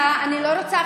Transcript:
אמתין.